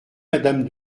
madame